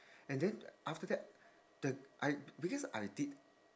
and then after that the I because I did